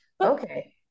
Okay